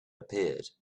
appeared